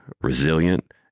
resilient